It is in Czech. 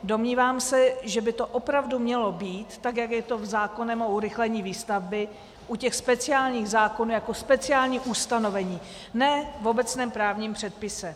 Domnívám se, že by to opravdu mělo být, jak je to v zákoně o urychlení výstavby, u speciálních zákonů jako speciální ustanovení, ne v obecném právním předpise.